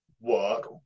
work